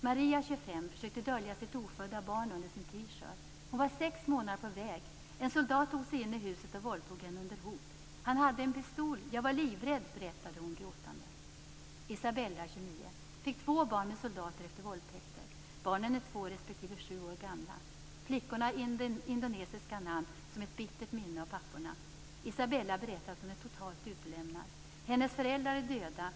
Maria, 25 år, försökte dölja sitt ofödda barn under sin t-shirt. Hon var sex månader på väg. En soldat tog sig in i huset och våldtog henne under hot. Han hade en pistol. Jag var livrädd, berättade hon gråtande. Isabella, 29 år, fick två barn med soldater efter våldtäkter. Barnen är två respektive sju år gamla. Flickorna har indonesiska namn som ett bittert minne av papporna. Isabella berättar att hon är totalt utelämnad. Hennes föräldrar är döda.